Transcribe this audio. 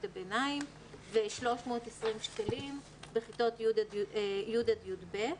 הביניים ו-320 שקלים בכיתות י'-י"ב.